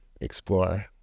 explore